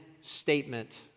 statement